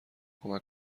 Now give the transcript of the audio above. کمک